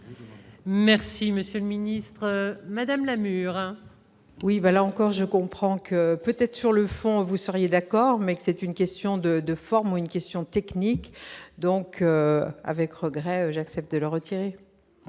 Merci monsieur le ministre madame Lamure. Oui, voilà encore, je comprends que, peut-être, sur le fond, vous seriez d'accord mais que c'est une question de de forme, ou une question technique, donc avec regret, j'accepte le retirer.